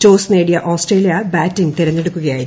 toss നേടിയ Australia batting തെരെഞ്ഞെടുക്കുകയായിരുന്നു